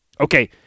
Okay